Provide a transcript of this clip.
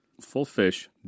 full-fish